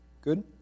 Good